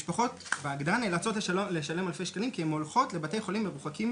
משפחות נאלצות אלפי שקלים כי הן הולכות לבתי חולים מרוחקים